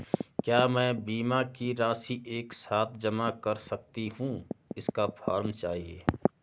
क्या मैं बीमा की राशि एक साथ जमा कर सकती हूँ इसका फॉर्म चाहिए?